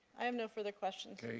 i have no further questions.